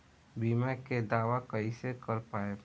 बीमा के दावा कईसे कर पाएम?